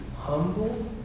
humble